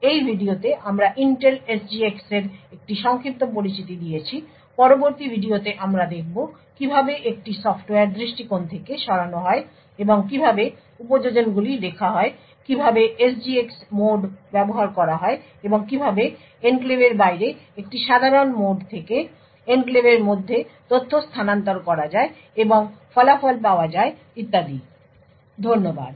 এই ভিডিওতে আমরা ইন্টেল SGX এর একটি সংক্ষিপ্ত পরিচিতি দিয়েছি পরবর্তী ভিডিওতে আমরা দেখব কীভাবে একটি সফ্টওয়্যার দৃষ্টিকোণ থেকে সরানো হয় এবং কীভাবে উপযোজনগুলি লেখা হয় কীভাবে SGX মোড ব্যবহার করা হয় এবং কীভাবে এনক্লেভের বাইরে একটি সাধারণ মোড থেকে এনক্লেভের মধ্যে তথ্য স্থানান্তর করা যায় এবং ফলাফল পাওয়া যায় ইত্যাদি আপনাকে ধন্যবাদ